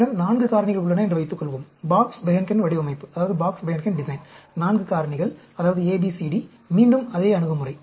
நம்மிடம் 4 காரணிகள் உள்ளன என்று வைத்துக் கொள்வோம் பாக்ஸ் பெஹன்கென் வடிவமைப்பு 4 காரணிகள் அதாவது A B C D மீண்டும் அதே அணுகுமுறை